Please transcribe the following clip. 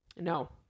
No